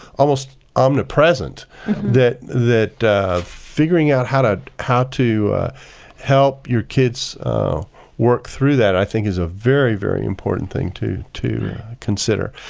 almost omnipresent that that figuring out how to how to help your kids work through that i think is a very, very important thing to to consider.